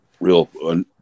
real